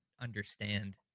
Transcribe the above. understand